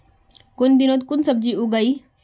कुन दिनोत कुन सब्जी उगेई?